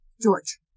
George